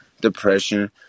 Depression